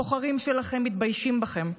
הבוחרים שלכם מתביישים בכם,